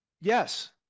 Yes